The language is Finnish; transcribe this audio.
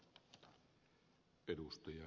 arvoisa puhemies